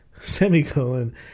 semicolon